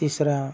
तिसरा